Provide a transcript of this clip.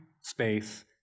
space